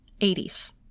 80s